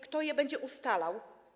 Kto je będzie ustalał?